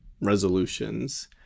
resolutions